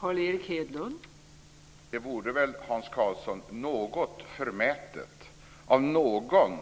Fru talman! Det vore väl, Hans Karlsson, något förmätet av någon